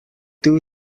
two